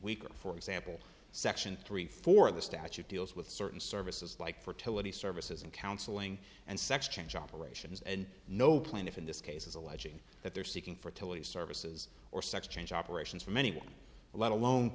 weaker for example section three four the statute deals with certain services like fertility services and counseling and sex change operations and no plaintiff in this case is alleging that they're seeking fertility services or sex change operations from anyone let alone